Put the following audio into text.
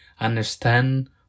understand